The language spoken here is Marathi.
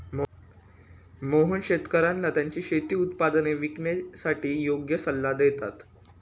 मोहन शेतकर्यांना त्यांची शेती उत्पादने विकण्यासाठी योग्य सल्ला देतात